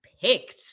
picked